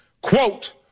quote